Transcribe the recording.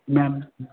ma'am